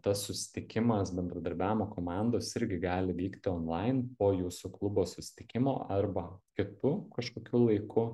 susitikimas bendradarbiavimo komandos irgi gali vykti onlain po jūsų klubo susitikimo arba kitu kažkokiu laiku